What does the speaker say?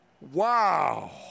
Wow